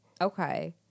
Okay